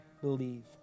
believe